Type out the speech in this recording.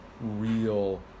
real